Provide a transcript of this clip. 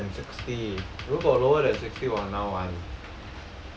lower than sixty 如果 lower than sixty 我很难玩